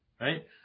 Right